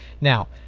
Now